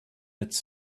its